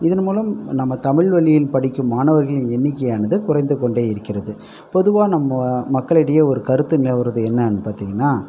இதன் மூலம் நம் தமிழ் வழியில் படிக்கும் மாணவர்களின் எண்ணிக்கையானது குறைந்து கொண்டே இருக்கிறது பொதுவாக நம் மக்களிடையே ஒரு கருத்து நிலவுகிறது என்னன்னு பார்த்திங்கன்னா